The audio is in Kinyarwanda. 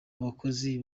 abakozi